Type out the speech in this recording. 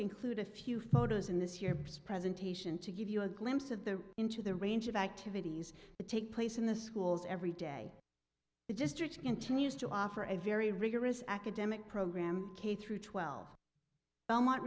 include a few photos in this year presentation to give you a glimpse of the into the range of activities that take place in the schools every day it just continues to offer a very rigorous academic program k through twelve